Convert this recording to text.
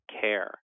care